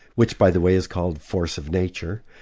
which by the way is called force of nature,